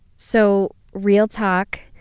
so, real talk,